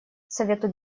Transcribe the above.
совету